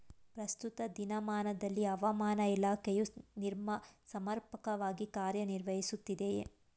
ಪ್ರಸ್ತುತ ದಿನಮಾನದಲ್ಲಿ ಹವಾಮಾನ ಇಲಾಖೆಯು ಸಮರ್ಪಕವಾಗಿ ಕಾರ್ಯ ನಿರ್ವಹಿಸುತ್ತಿದೆಯೇ?